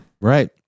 Right